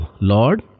Lord